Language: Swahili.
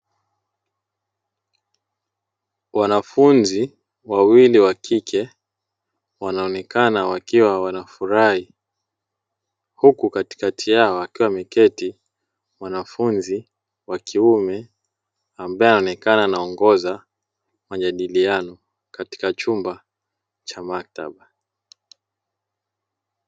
Wanafunzi wawili wakike wanaonekana wakiwa wanafurahi; huku katikati yao akiwa ameketi mwanafunzi wa kiume ambae anaonekana anaongoza majadiliano katika chumba cha maktaba.